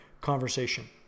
conversation